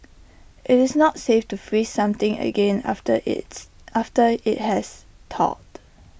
IT is not safe to freeze something again after its after IT has thawed